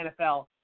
NFL